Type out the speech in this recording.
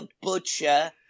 butcher